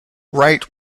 wright